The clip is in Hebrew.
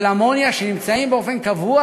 של אמוניה שנמצאים שם באופן קבוע.